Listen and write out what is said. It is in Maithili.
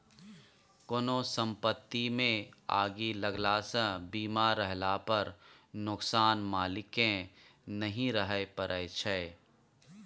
कोनो संपत्तिमे आगि लगलासँ बीमा रहला पर नोकसान मालिककेँ नहि सहय परय छै